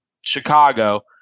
Chicago